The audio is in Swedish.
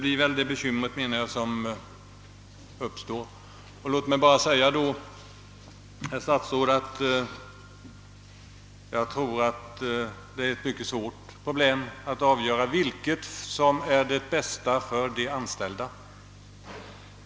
Jag tror, herr statsråd, att det är ett mycket svårt problem att avgöra vilket som är det bästa för de anställda.